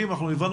בלה,